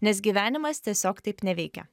nes gyvenimas tiesiog taip neveikia